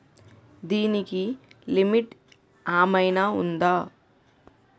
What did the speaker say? దీనికి లిమిట్ ఆమైనా ఉందా?